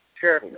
Sure